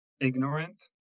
ignorant